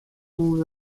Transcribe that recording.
wûn